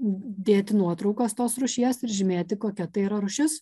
dėti nuotraukas tos rūšies ir žymėti kokia tai yra rūšis